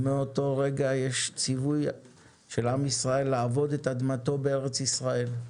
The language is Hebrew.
ומאותו רגע יש ציווי של עם ישראל לעבוד את אדמתו בארץ ישראל.